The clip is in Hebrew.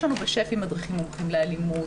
יש לנו בשפ"י מדריכים מומחים לאלימות,